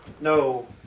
No